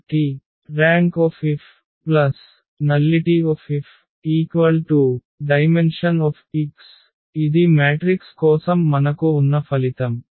కాబట్టి ర్యాంక్Fనల్లిటిFdim⁡ ఇది మ్యాట్రిక్స్ కోసం మనకు ఉన్న ఫలితం